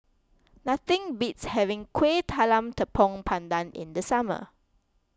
nothing beats having Kueh Talam Tepong Pandan in the summer